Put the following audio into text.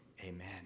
amen